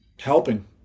helping